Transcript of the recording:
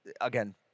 again